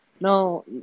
No